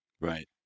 Right